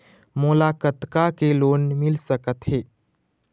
मोला कतका के लोन मिल सकत हे?